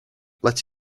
let